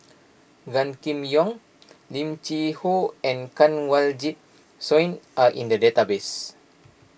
Gan Kim Yong Lim Cheng Hoe and Kanwaljit Soin are in the database